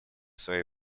своей